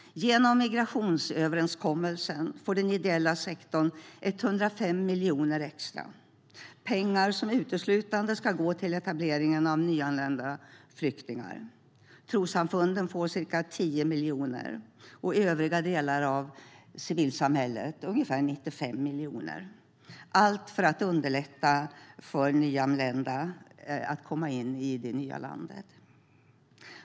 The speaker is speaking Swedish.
Genom migrationsöverenskommelsen får den ideella sektorn 105 miljoner extra. Det är pengar som uteslutande ska gå till etableringen av nyanlända flyktingar. Trossamfunden får ca 10 miljoner medan övriga delar av civilsamhället får ca 95 miljoner - allt för att underlätta för nyanlända att komma in i det nya landet.